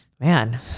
man